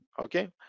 okay